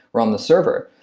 were on the server.